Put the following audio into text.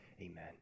Amen